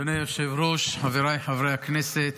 אדוני היושב-ראש, חבריי חברי הכנסת,